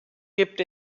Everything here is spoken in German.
gibt